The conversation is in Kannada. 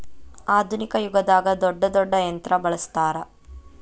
ಆದುನಿಕ ಯುಗದಾಗ ದೊಡ್ಡ ದೊಡ್ಡ ಯಂತ್ರಾ ಬಳಸ್ತಾರ